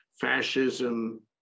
fascism